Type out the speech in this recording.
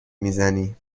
میزنی